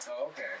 okay